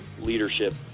leadership